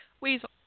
Weasel